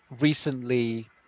recently